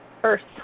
first